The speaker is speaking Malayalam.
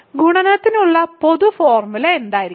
ഗുണനത്തിനുള്ള പൊതു ഫോർമുല എന്തായിരിക്കും